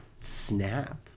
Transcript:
snap